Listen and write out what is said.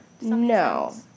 no